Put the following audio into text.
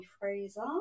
Fraser